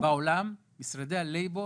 בעולם, משרדי הלייבור